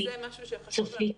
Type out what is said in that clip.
צופית,